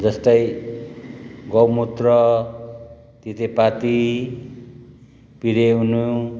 जस्तै गौ मुत्र तितेपाती पिरे उनिउँ